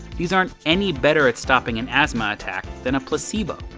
these aren't any better at stopping an asthma attack than a placebo.